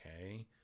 Okay